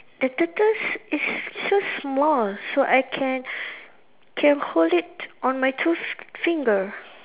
the turtle is so small so I can can hold it on my two finger